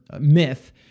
myth